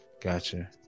Gotcha